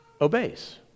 obeys